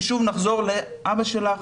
אם שוב נחזור לאבא שלך,